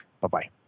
Bye-bye